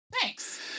Thanks